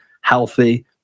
healthy